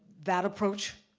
that approach,